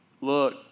look